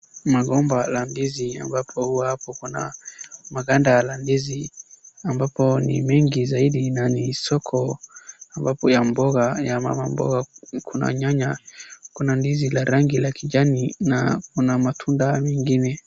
Magomba ya ndizi ambayo hukuwa hapo kuna maganda la ndizi ambapo ni mingi zaidi na ni soko ambapo ya mboga ya mama mboga. Kuna nyanya, kuna ndizi la rangi la kijani na kuna matunda mengine.